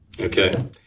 Okay